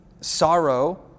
Sorrow